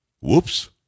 Whoops